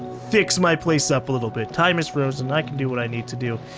fix my place up a little bit. time is frozen i can do what i need to do,